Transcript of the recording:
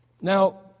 Now